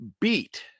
beat